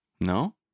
no